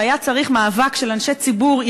היה צריך מאבק של אנשי ציבור,